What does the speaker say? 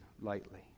lightly